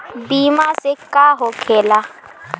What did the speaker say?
बीमा से का होखेला?